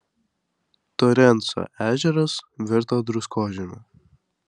torenso ežeras virto druskožemiu